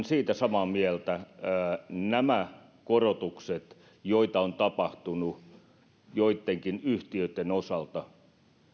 siitä samaa mieltä että nämä korotukset joita on tapahtunut joittenkin yhtiöitten osalta